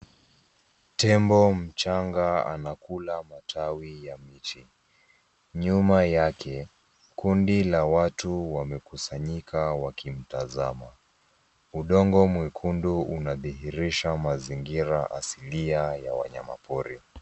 Tembo mchanag anakula matawi ya mti, nyuma yake kundi la watu wamekusanyika wakimtazama. Udongo mwekundu unadhihirisha mazingira asilia ya wanyama pori.